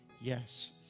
Yes